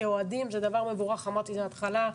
אוהדים זה דבר מבורך, אמרתי את זה בהתחלה.